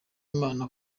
imana